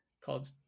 called